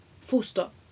full-stop